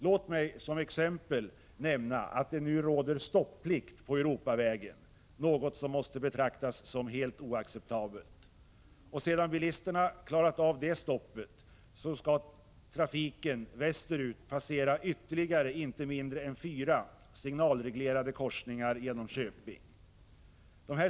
Låt mig som exempel nämna att det nu råder stopplikt på E 18, något som måste betraktas som oacceptabelt. Sedan bilisterna klarat av det stoppet skall trafiken västerut passera ytterligare inte mindre än fyra signalreglerade korsningar genom Köping.